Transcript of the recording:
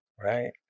Right